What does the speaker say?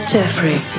Jeffrey